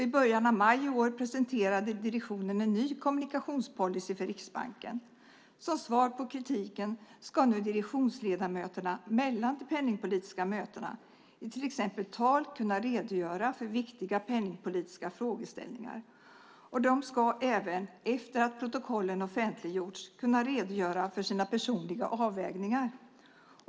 I början av maj i år presenterade direktionen en ny kommunikationspolicy för Riksbanken. Som svar på kritiken ska nu direktionsledamöterna mellan de penningpolitiska mötena till exempel i tal kunna redogöra för viktiga penningpolitiska frågeställningar. De ska även, efter att protokollen offentliggjorts, kunna redogöra för sina personliga avvägningar.